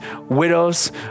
widows